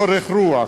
באורך-רוח,